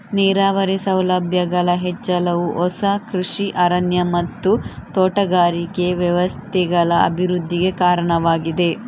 ನೀರಾವರಿ ಸೌಲಭ್ಯಗಳ ಹೆಚ್ಚಳವು ಹೊಸ ಕೃಷಿ ಅರಣ್ಯ ಮತ್ತು ತೋಟಗಾರಿಕೆ ವ್ಯವಸ್ಥೆಗಳ ಅಭಿವೃದ್ಧಿಗೆ ಕಾರಣವಾಗಿದೆ